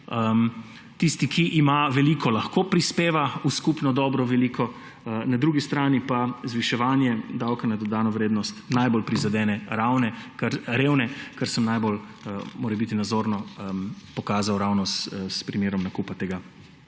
tisti, ki ima veliko, lahko prispeva v skupno dobro veliko –, na drugi strani pa zviševanje davka na dodano vrednost najbolj prizadene revne, kar sem najbolj morebiti nazorno pokazal ravno s primerom nakupa tega